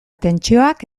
tentsioak